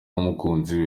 n’umukunzi